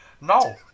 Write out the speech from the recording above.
No